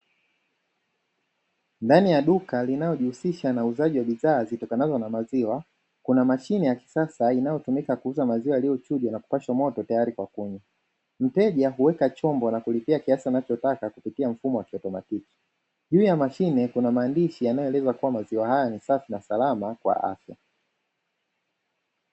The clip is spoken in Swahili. Ndani ya duka linalojihusisha na uuzaji wa bidhaa zitokanazo na maziwa, kuna mashine ya kisasa inayotumika kuuza maziwa yaliyochujwa na kupashwa moto tayari kwa kunywa; mteja huweka chombo na kulipia kiasi anachotaka kupitia mfumo wa kiotomatiki. Juu ya mashine kuna maandishi yanayoeleza kuwa maziwa haya ni safi na salama kwa afya.